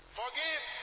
forgive